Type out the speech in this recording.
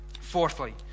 Fourthly